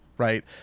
Right